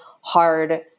hard